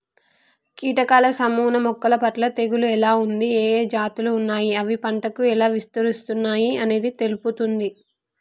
కీటకాల నమూనా మొక్కలపట్ల తెగులు ఎలా ఉంది, ఏఏ జాతులు ఉన్నాయి, అవి పంటకు ఎలా విస్తరిస్తున్నయి అనేది తెలుపుతుంది